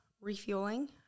refueling